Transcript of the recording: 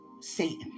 Satan